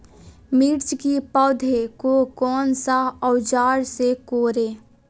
मिर्च की पौधे को कौन सा औजार से कोरे?